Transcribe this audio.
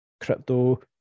crypto